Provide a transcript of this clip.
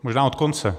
Možná od konce.